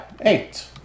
eight